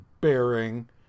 bearing